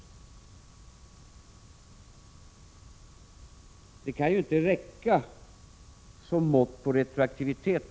Att skatteplanering försvåras kan ju inte räcka som mått på retroaktivitet.